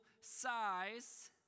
size